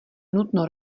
nutno